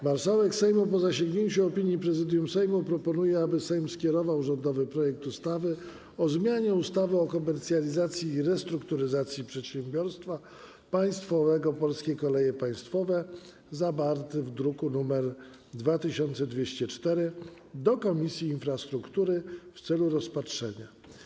Marszałek Sejmu po zasięgnięciu opinii Prezydium Sejmu proponuje, aby Sejm skierował rządowy projekt ustawy o zmianie ustawy o komercjalizacji i restrukturyzacji przedsiębiorstwa państwowego ˝Polskie Koleje Państwowe˝ zawarty w druku nr 2204 do Komisji Infrastruktury w celu rozpatrzenia.